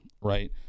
right